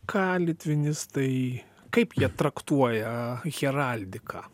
ką litvinistai kaip jie traktuoja heraldiką